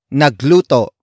nagluto